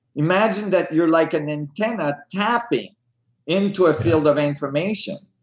imagine that you're like an antenna tapping into a field of information.